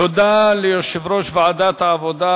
תודה ליושב-ראש ועדת העבודה,